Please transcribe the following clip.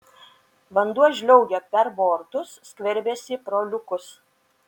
vanduo žliaugia per bortus skverbiasi pro liukus